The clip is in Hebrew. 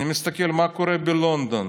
אני מסתכל מה קורה בלונדון,